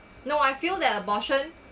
no I feel that abortion